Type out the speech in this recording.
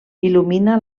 il·lumina